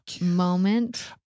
moment